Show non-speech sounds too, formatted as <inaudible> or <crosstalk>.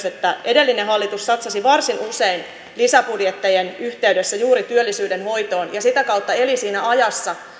<unintelligible> että edellinen hallitus satsasi varsin usein lisäbudjettien yhteydessä juuri työllisyyden hoitoon ja eli sitä kautta siinä ajassa